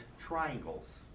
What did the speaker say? triangles